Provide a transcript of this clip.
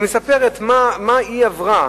והיא מספרת מה היא עברה